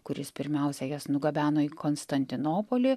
kuris pirmiausia jas nugabeno į konstantinopolį